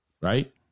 Right